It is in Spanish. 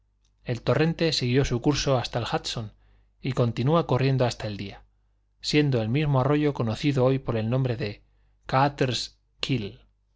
el torrente siguió su curso hasta el hudson y continúa corriendo hasta el día siendo el mismo arroyo conocido hoy por el nombre de